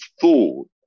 thought